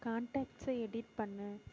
கான்டாக்ட்ஸை edit பண்ணு